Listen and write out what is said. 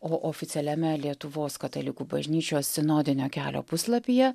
o oficialiame lietuvos katalikų bažnyčios sinodinio kelio puslapyje